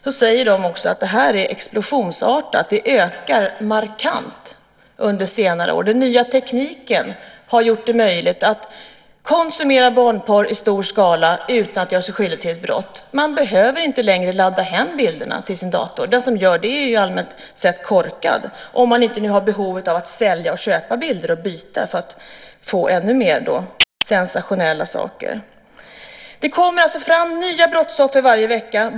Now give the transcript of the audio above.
De säger att detta har ökat explosionsartat under senare år. Den nya tekniken har gjort det möjligt att konsumera barnporr i stor skala utan att göra sig skyldig till ett brott. Man behöver inte längre ladda hem bilderna till sin dator. Den som gör det är korkad om man inte har behov av att sälja, köpa och byta bilder för att få ännu fler sensationella saker. Det kommer alltså fram nya brottsoffer varje vecka.